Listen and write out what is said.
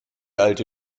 alte